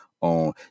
on